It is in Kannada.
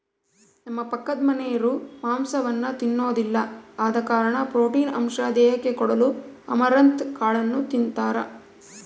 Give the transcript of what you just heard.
ನಮ್ಮ ಪಕ್ಕದಮನೆರು ಮಾಂಸವನ್ನ ತಿನ್ನೊದಿಲ್ಲ ಆದ ಕಾರಣ ಪ್ರೋಟೀನ್ ಅಂಶ ದೇಹಕ್ಕೆ ಕೊಡಲು ಅಮರಂತ್ ಕಾಳನ್ನು ತಿಂತಾರ